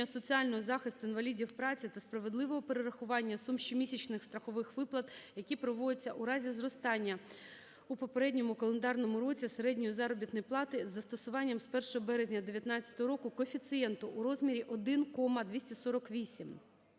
соціального захисту інвалідів праці та справедливого перерахування сум щомісячних страхових виплат, які проводяться у разі зростання у попередньому календарному році середньої заробітної плати з застосуванням з 1 березня 19-го року коефіцієнту у розмірі 1,248.